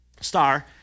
star